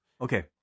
Okay